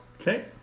Okay